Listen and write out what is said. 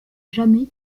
jamais